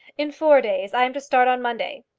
in four days. i am to start on monday.